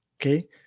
Okay